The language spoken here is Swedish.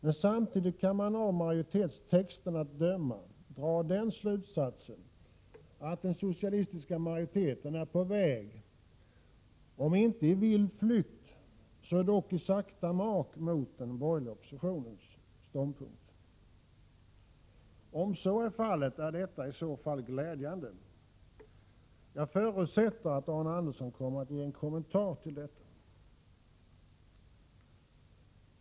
Men samtidigt kan man, av majoritetstexten att döma, dra den slutsatsen att den socialistiska majoriteten är på väg — om inte i vild flykt, så dock i sakta mak — mot den borgerliga oppositionens ståndpunkt. Om så är fallet är det glädjande. Jag förutsätter att Arne Andersson kommer att ge en kommentar till detta.